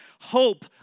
hope